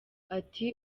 ati